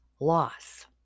loss